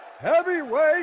heavyweight